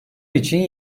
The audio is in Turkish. için